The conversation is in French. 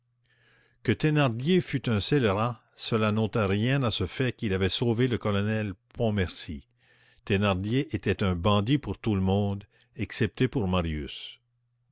que thénardier fût un scélérat cela n'ôtait rien à ce fait qu'il avait sauvé le colonel pontmercy thénardier était un bandit pour tout le monde excepté pour marius